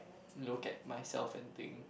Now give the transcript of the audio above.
locate myself and thing